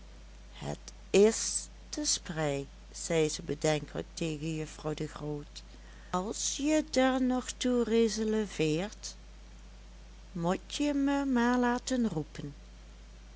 het is de sprei zei ze bedenkelijk tegen juffrouw de groot als je der nog toe reseleveert mot je me maar laten roepen